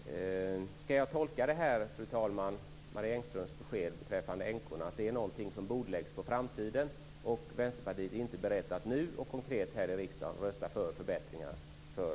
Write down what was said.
Ska jag tolka Marie Engströms besked beträffande änkorna, fru talman, som någonting som bordläggs för framtiden? Vänsterpartiet är inte berett att nu och konkret här i riksdagen rösta för förbättringar.